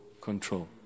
control